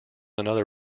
another